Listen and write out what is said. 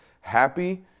happy